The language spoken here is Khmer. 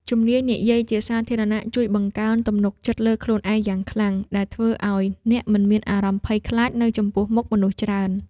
ជំនាញនិយាយជាសាធារណៈជួយបង្កើនទំនុកចិត្តលើខ្លួនឯងយ៉ាងខ្លាំង ដែលធ្វើឱ្យអ្នកមិនមានអារម្មណ៍ភ័យខ្លាចនៅចំពោះមុខមនុស្សច្រើន។